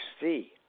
see